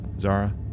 Zara